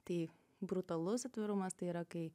tai brutualus atvirumas tai yra kai